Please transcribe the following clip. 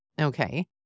Okay